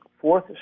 fourth